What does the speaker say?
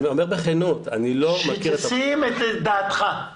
אני אומר בכנות, אני לא מכיר את הפרוצדורה.